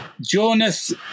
Jonas